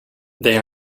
they